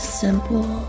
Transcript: simple